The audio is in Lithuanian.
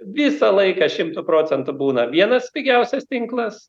visą laiką šimtu procentų būna vienas pigiausias tinklas